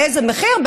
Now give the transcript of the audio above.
באיזה מחיר?